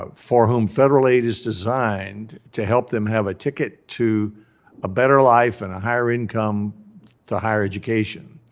ah for whom federal aid is designed to help them have a ticket to a better life and a higher income to higher education.